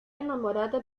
enamorada